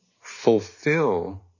fulfill